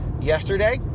Yesterday